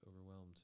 overwhelmed